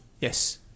Yes